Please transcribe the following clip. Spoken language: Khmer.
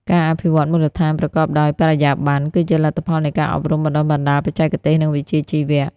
ការអភិវឌ្ឍមូលដ្ឋានប្រកបដោយបរិយាបន្ន គឺជាលទ្ធផលនៃការអប់រំបណ្ដុះបណ្ដាលបច្ចេកទេស និងវិជ្ជាជីវៈ។